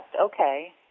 Okay